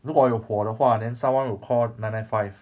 如果有火的话 then someone will call nine nine five